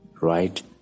right